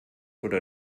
oder